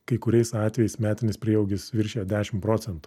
kai kuriais atvejais metinis prieaugis viršijo dešim procentų